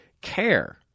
care